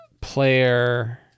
player